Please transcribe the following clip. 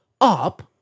Up